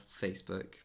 Facebook